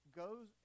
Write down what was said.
goes